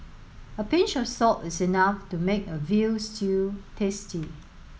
a pinch of salt is enough to make a veal stew tasty